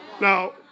Now